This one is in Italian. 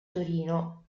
torino